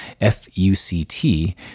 F-U-C-T